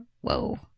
Whoa